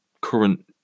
current